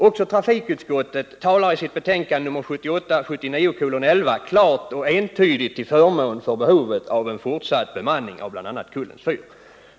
Också trafikutskottet talar i sitt betänkande 1978/79:11 klart och entydigt till förmån för behovet av en fortsatt bemanning av bl.a. Kullens fyr.